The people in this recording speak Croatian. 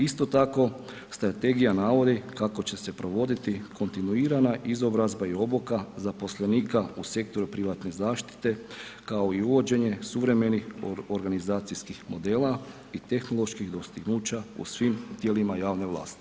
Isto tako strategija navodi kako će se provoditi kontinuirana izobrazba i obuka zaposlenika u sektoru privatne zaštite, kao i uvođenje suvremenih organizacijskih modela i tehnoloških dostignuća u svim tijelima javne vlasti.